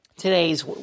Today's